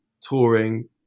touring